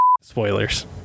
spoilers